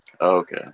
Okay